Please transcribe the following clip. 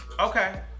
Okay